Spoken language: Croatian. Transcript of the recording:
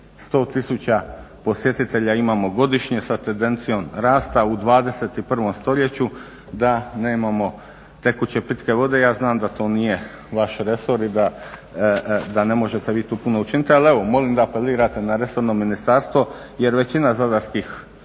100 tisuća posjetitelja imamo godišnje sa tendencijom rasta u 21. st. da nemamo tekuće pitke vode. Ja znam da to nije vaš resor i da ne možete vi tu puno učiniti, ali evo, molim da apelirate na resorno ministarstvo jer većina Zadarskih